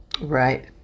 Right